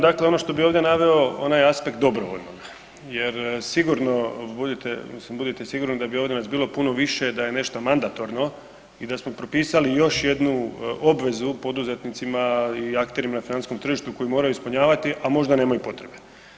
Dakle ono što bi ovdje naveo, onaj aspekt dobrovoljnog jer sigurno budite, mislim budite sigurni da ovdje nas bilo puno više da je nešto mandatorno i da smo propisali još jednu obvezu poduzetnicima i akterima na financijskom tržištu koju moraju ispunjavati a možda nemaju potrebe.